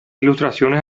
ilustraciones